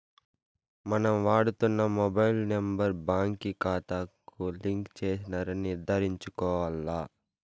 మనం వాడుతున్న mobile number బాంకీ కాతాకు లింక్ చేసినారని నిర్ధారించుకోవాల్ల